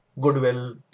goodwill